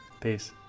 peace